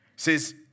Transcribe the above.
Says